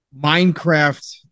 Minecraft